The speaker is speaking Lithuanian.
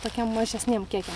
tokiem mažesniem kiekiam